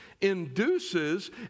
induces